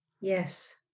yes